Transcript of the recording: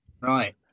right